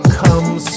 comes